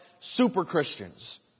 super-Christians